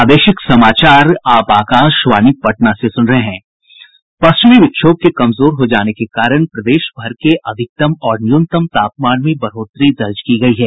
पश्चिमी विक्षोभ के कमजोर हो जाने के कारण प्रदेशभर के अधिकतम और न्यूनतम तापमान में बढ़ोतरी दर्ज की गयी है